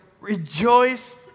rejoice